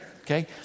okay